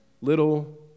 little